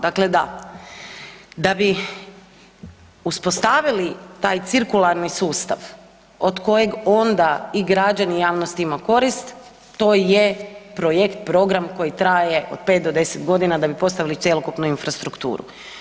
Dakle da, da bi uspostavili taj cirkularni sustav od kojeg onda i građani i javnost ima korist, to je projekt, program koji traje od 5 do 10 godina da bi postavili cjelokupnu infrastrukturu.